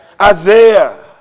Isaiah